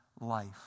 life